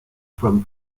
from